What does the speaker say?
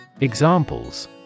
Examples